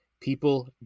People